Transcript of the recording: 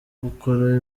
gukora